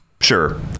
Sure